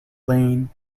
lane